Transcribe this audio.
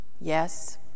Yes